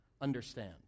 understand